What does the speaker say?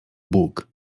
bóg